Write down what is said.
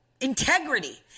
integrity